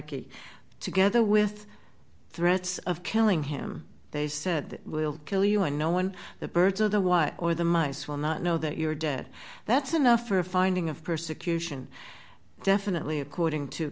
e together with threats of killing him they said will kill you and no one the birds or the wire or the mice will not know that you're dead that's enough for a finding of persecution definitely according to